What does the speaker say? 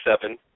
seven